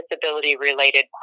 disability-related